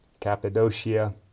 Cappadocia